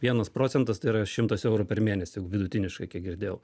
vienas procentas tai yra šimtas eurų per mėnesį vidutiniškai kiek girdėjau